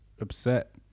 upset